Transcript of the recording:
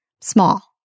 small